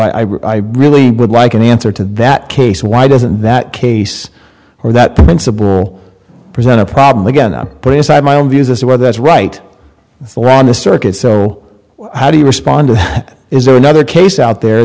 i really would like an answer to that case why doesn't that case or that present a problem again put aside my own views as to whether it's right around the circuit so how do you respond or is there another case out there